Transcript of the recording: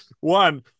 One